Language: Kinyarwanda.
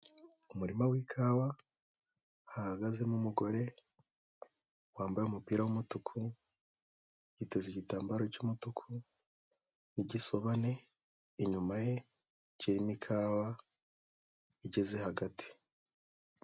Umurima w'ikawa hahagazemo umugore wambaye umupira w'umutuku, yiteza igitambaro cy'umutuku, n'igisobane, inyuma ye kirimo ikawa igeze hagati.